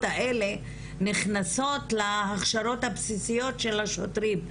האלה נכנסות להכשרות הבסיסיות של השוטרים?